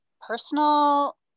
personal